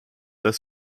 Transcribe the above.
das